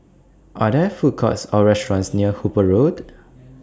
Are There Food Courts Or restaurants near Hooper Road